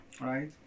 Right